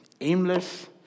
Aimless